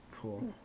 Cool